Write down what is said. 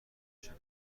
سازند